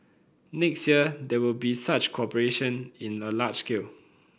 next year there will be such cooperation in a large scale